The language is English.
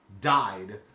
died